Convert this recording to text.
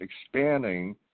expanding